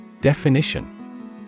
Definition